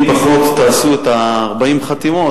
אם פחות תעשו את דיון 40 החתימות,